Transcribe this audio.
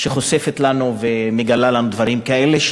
שחושפת לנו ומגלה לנו דברים כאלה.